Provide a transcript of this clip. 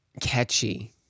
catchy